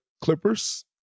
Clippers